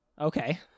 Okay